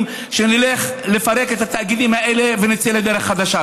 שנלך לפרק את התאגידים האלה ונצא לדרך חדשה.